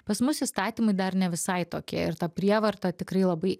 pas mus įstatymai dar ne visai tokie ir tą prievartą tikrai labai